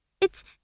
it's-